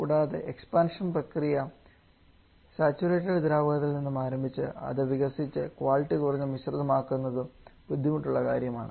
കൂടാതെ എക്സ്പാൻഷൻ പ്രക്രിയ സാച്ചുറേറ്റഡ് ദ്രാവകത്തിൽ നിന്നും ആരംഭിച്ചു അത് വികസിച്ചു ക്വാളിറ്റി കുറഞ്ഞ മിശ്രിതം ആകുന്നത് ബുദ്ധിമുട്ടുള്ള കാര്യമാണ്